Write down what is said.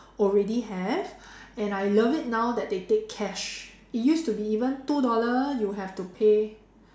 already have and I love it now that they take cash it used to be even two dollar you have to pay